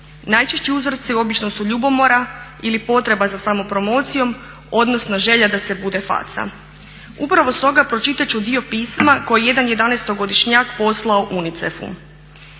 Najčešći uzroci obično su ljubomora ili potreba za samopromocijom odnosno želja da se bude faca. Upravo stoga pročitati ću dio pisma koji je jedan 11-godišnjak poslao UNICEF-u.